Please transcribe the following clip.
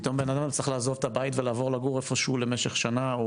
פתאום בנאדם צריך לעזוב את הבית ולעבור לגור איפשהו למשך שנה,